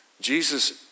Jesus